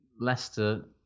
Leicester